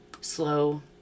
slow